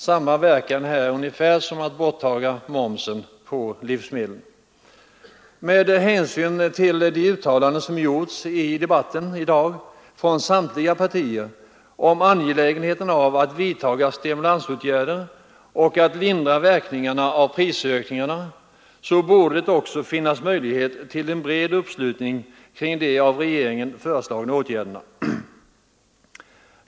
Det har ungefär samma verkan som ett borttagande av momsen på livsmedel. Med hänsyn till de uttalanden som gjorts i debatten i dag från samtliga partier om angelägenheten av att vidta stimulansåtgärder och att lindra verkningarna av prisökningarna borde det också finnas möjlighet till en bred uppslutning kring de av regeringen föreslagna åtgärderna.